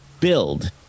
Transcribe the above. build